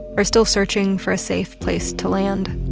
are still searching for a safe place to land